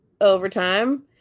overtime